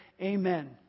Amen